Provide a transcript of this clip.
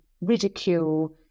ridicule